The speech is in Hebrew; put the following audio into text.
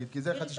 כי זה חצי שנה.